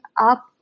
up